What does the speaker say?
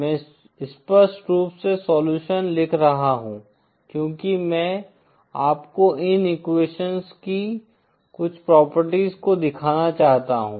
मैं स्पष्ट रूप से सोल्युशन लिख रहा हूं क्योंकि मैं आपको इन एक्वेशन्स की कुछ प्रॉपर्टीज को दिखाना चाहता हूं